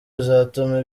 bizatuma